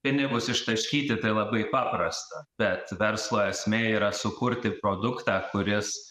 pinigus ištaškyti tai labai paprasta bet verslo esmė yra sukurti produktą kuris